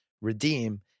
Redeem